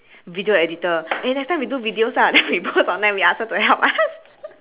video editor eh next time we do videos ah then we post online we ask her to help us